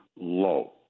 low